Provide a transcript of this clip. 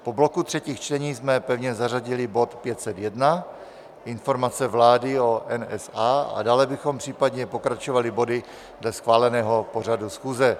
Po bloku třetích čtení jsme pevně zařadili bod 501, informace vlády o NSA, a dále bychom případně pokračovali body dle schváleného pořadu schůze.